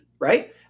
right